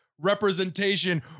representation